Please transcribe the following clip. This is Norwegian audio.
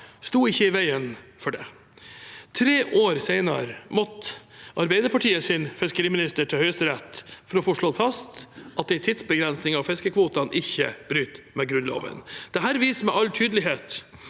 sto ikke i veien for det. Tre år senere måtte Arbeiderpartiets fiskeriminister til Høyesterett for å få slått fast at en tidsbegrensning av fiskekvotene ikke bryter med Grunnloven. Dette viser med all tydelighet